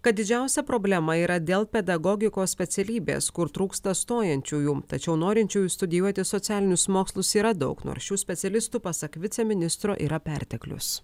kad didžiausia problema yra dėl pedagogikos specialybės kur trūksta stojančiųjų tačiau norinčiųjų studijuoti socialinius mokslus yra daug nors šių specialistų pasak viceministro yra perteklius